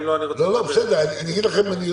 אם לא, אני רוצה להתייחס, אדוני היושב-ראש.